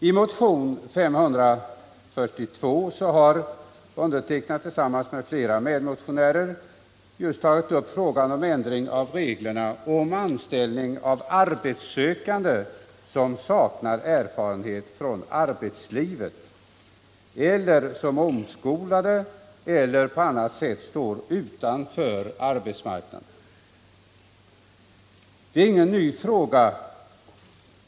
I motionen 542 har jag tillsammans med medmotionärer tagit upp frågan om ändring av reglerna och om anställning av arbetssökande som saknar erfarenhet från arbetslivet, omskolade eller sådana som av annan anledning står utanför arbetsmarknaden. Det är ingen ny fråga.